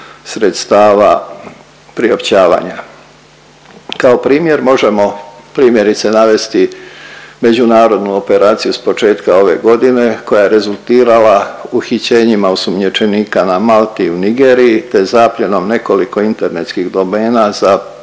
sredstava priopćavanja. Kao primjer možemo primjerice navesti međunarodnu operaciju s početka ove godine koja je rezultirala uhićenjima osumnjičenika na Malti u Nigeriji te zapljenom nekoliko internetskih domena za